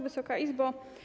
Wysoka Izbo!